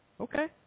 Okay